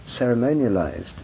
ceremonialized